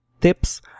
tips